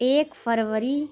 ایک فروری